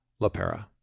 LaPera